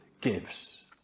gives